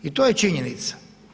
I to je činjenica.